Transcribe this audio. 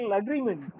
agreement